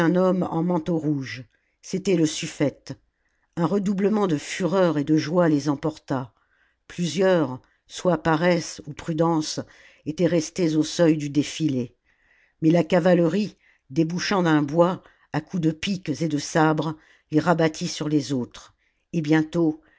en manteau rouge c'était le suffète un redoublement de fureur et de joie les emporta plusieurs soit paresse ou prudence étaient restés au seuil du défilé mais la cavalerie débouchant d'un bois à coups de piques et de sabres les rabattit sur les autres et bientôt